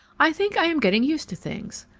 i think i am getting used to things.